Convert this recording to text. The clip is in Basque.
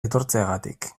etortzeagatik